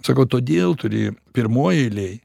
sakau todėl turi pirmoj eilėj